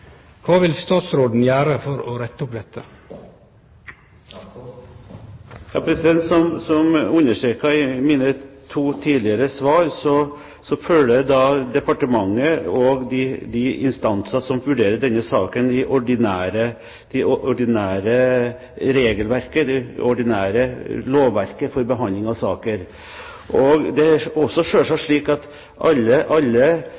vil statsråden gjere for å rette opp dette? Som jeg understreket i mine to tidligere svar, følger departementet og de instanser som vurderer denne saken, det ordinære lovverket for behandling av saker. Det er selvsagt også slik at alle